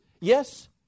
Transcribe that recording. yes